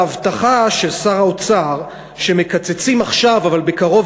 ההבטחה של שר האוצר שמקצצים עכשיו אבל בקרוב